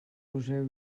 poseu